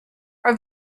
are